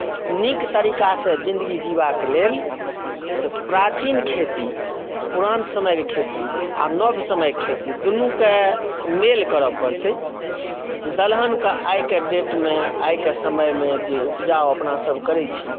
नीक तरीकसँ जिन्दगी जीबाक लेल तऽ प्राचीन खेती पुरान समयके खेती आ नव समयके खेती दुनूके मेल करय पड़तै दलहनके आइके डेटमे आइके समयमे जे उपजा अपनासभ करैत छी